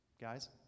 Guys